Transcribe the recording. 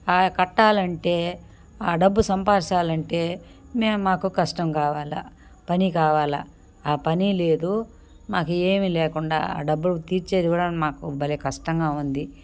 కట్టాలంటే డబ్బు సంపాదించాలంటే మేము మాకు కష్టంగావాలా పని కావాలి పని లేదు మాకు ఏమీ లేకుండా డబ్బులు తీర్చేది కూడా మాకు భలే కష్టంగా ఉంది